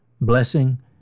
Blessing